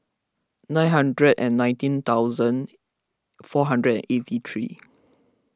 nine hundred and nineteen thousand four hundred and eighty three